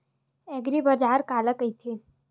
एग्रीबाजार काला कइथे?